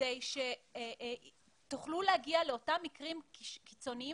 כדי שתוכלו להגיע לאותם מקרים קיצוניים